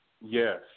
Yes